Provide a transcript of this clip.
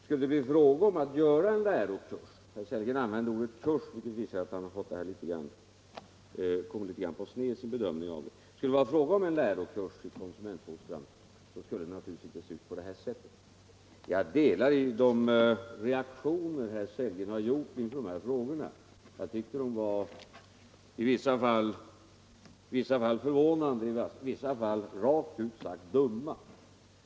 Skulle det bli fråga om att göra en lärokurs i konsumentfostran — herr Sellgren använde ordet kurs, vilket visar att han kommit litet snett i sin bedömning av frågan — skulle den naturligtvis inte se ut på detta sätt. Jag reagerar på samma sätt som herr Sellgren inför de här frågorna. Jag tycker att de var i vissa fall förvånande, i vissa fall rent ut sagt dumma.